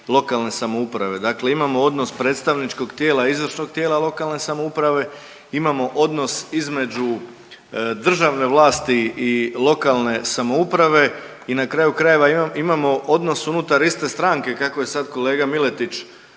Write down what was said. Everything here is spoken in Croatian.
lokalne samouprave. Dakle, imamo odnos predstavničkog tijela, izvršnog tijela lokalne samouprave, imamo odnos između državne vlasti i lokalne samouprave i na kraju krajeva imamo odnos unutar iste stranke kako je sad kolega Miletić